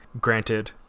Granted